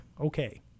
Okay